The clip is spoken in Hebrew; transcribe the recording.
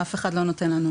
אף אחד.